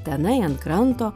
tenai ant kranto